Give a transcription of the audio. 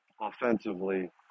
offensively